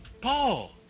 Paul